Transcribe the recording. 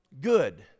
good